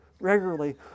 Regularly